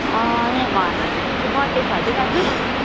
यहाँ घरमा नानीको बर्थडे छ कि दाजु